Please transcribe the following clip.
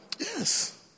Yes